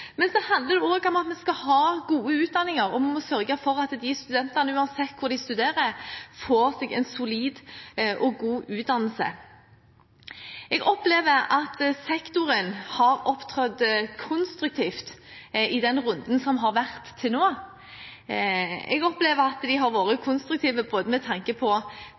Men så handler det også om at vi skal ha gode utdanninger. Vi må sørge for at studentene, uansett hvor de studerer, får en solid og god utdannelse. Jeg opplever at sektoren har opptrådt konstruktivt i den runden som har vært til nå. Jeg opplever at de har vært konstruktive, både med tanke på